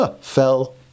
fell